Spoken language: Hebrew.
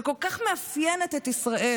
שכל כך מאפיינת את ישראל,